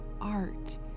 art